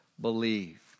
believe